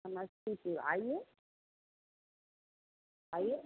समस्तीपुर आइए आइए